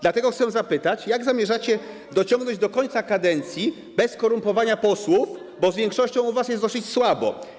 Dlatego chcę zapytać, jak zamierzacie dociągnąć do końca kadencji bez korumpowania posłów, bo z większością u was jest dosyć słabo.